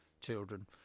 children